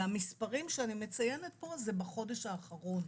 והמספרים שאני מציינת פה זה בחודש האחרון.